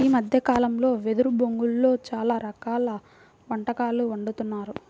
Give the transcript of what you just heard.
ఈ మద్దె కాలంలో వెదురు బొంగులో చాలా రకాల వంటకాలు వండుతున్నారు